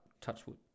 Touchwood